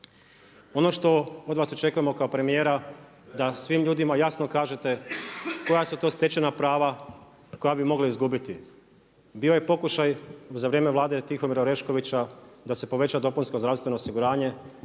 Ono što od vas očekujemo kao premijera da svim ljudima jasno kažete koja su to stečena prava koja bi mogla izgubiti. Bio je pokušaj za vrijeme Vlade Tihomira Oreškovića da se poveća dopunsko zdravstveno osiguranje,